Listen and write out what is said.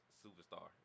superstar